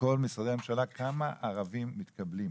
לכל משרדי הממשלה, אחרי כמות הערבים שמתקבלים.